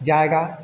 जाएगा